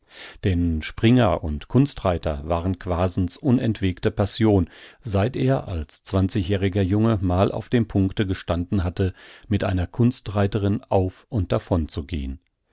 denn springer und kunstreiter waren quaasens unentwegte passion seit er als zwanzigjähriger junge mal auf dem punkte gestanden hatte mit einer kunstreiterin auf und davon zu gehn